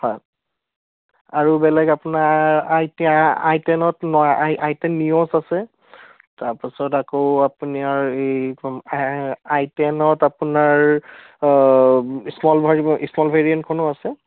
হয় আৰু বেলেগ আপোনাৰ আই টে আই টেনত নৱা আই আই টেন নিয়চ আছে তাৰপাছত আকৌ আপোনাৰ এইখন আই টেনত আপোনাৰ স্মল স্মল ভেৰিয়েণ্টখনো আছে